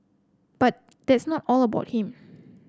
but that's not all about him